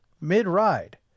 mid-ride